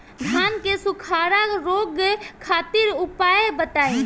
धान के सुखड़ा रोग खातिर उपाय बताई?